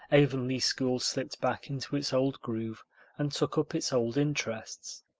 avonlea school slipped back into its old groove and took up its old interests.